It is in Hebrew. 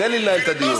תן לי לנהל את הדיון.